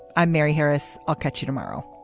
i'm mary harris. i'll catch you tomorrow